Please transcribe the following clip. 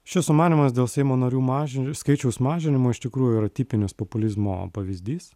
šis sumanymas dėl seimo narių maži skaičiaus mažinimo iš tikrųjų yra tipinis populizmo pavyzdys